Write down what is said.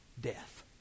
death